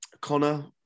Connor